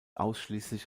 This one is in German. ausschließlich